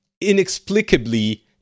inexplicably